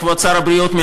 כבוד שר הבריאות,